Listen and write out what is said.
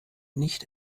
nicht